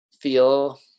feel